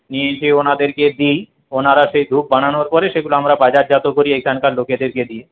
নিয়ে এসে ওঁদেরকে দিই ওঁরা সেই ধূপ বানানোর পরে সেগুলো আমরা বাজারজাত করি এখানকার লোকেদেরকে দিই